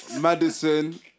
Madison